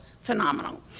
phenomenal